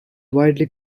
widely